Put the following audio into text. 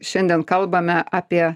šiandien kalbame apie